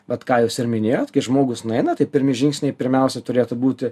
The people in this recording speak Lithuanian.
vat ką jūs ir minėjot kai žmogus nueina tai pirmi žingsniai pirmiausia turėtų būti